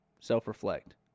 self-reflect